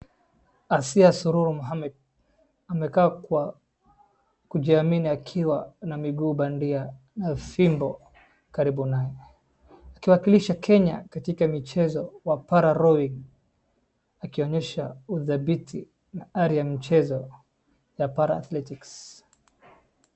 Asiya Sururu Mohammed amekaa kwa kujiamini akiwa na miguu bandia na fimbo karibu naye, akiwakilisha kenya katika michezo wa para rowing ,akionyesha udhabiti na ari ya michezo ya para athletics .